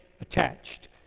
attached